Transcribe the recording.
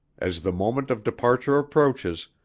as the moment of departure approaches,